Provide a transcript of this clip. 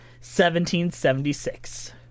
1776